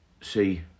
see